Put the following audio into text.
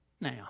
now